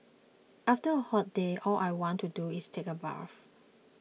after a hot day all I want to do is take a bath